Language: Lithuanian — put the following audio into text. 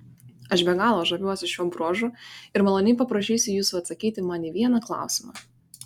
aš be galo žaviuosi šiuo bruožu ir maloniai paprašysiu jūsų atsakyti man į vieną klausimą